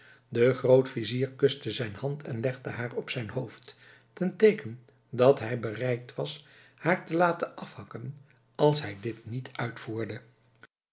de grootvizier kuste zijn hand en legde haar op zijn hoofd ten teeken dat hij bereid was haar te laten afhakken als hij dit niet uitvoerde